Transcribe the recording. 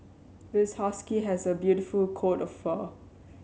this husky has a beautiful coat of fur